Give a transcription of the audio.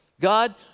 God